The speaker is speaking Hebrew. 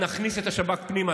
נכניס את השב"כ פנימה.